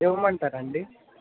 ఇవ్వమంటారా అండి